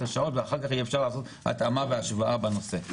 השעות אפשר אחר כך לעשות התאמה והשוואה בנושא.